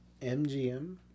MGM